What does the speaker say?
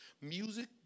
music